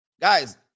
guys